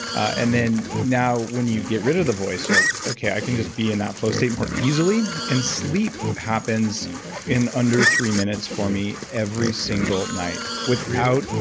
and then, now when you get rid of the voice, you're like, okay, i can just be in that flow state more easily. and sleep happens in under three minutes for me every single night, without really.